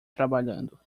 trabalhando